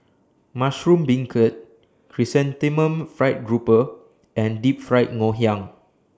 Mushroom Beancurd Chrysanthemum Fried Grouper and Deep Fried Ngoh Hiang